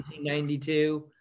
1992